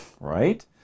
right